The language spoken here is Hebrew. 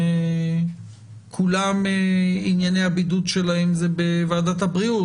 אם כולם ענייני הבידוד שלהם זה בוועדת הבריאות,